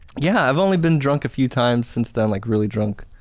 yeah, i've only been drunk a few times since then like really drunk.